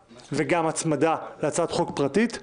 וגם ייצור כאוס בתוך מערכת המשפט ולתוך הבקשות